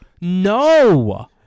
no